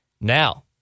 Now